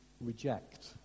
reject